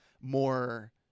more